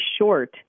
short